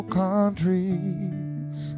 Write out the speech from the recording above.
countries